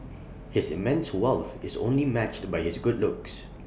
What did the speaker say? his immense wealth is only matched by his good looks